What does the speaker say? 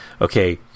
okay